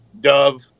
dove